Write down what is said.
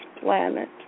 planet